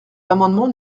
l’amendement